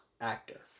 actor